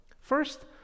First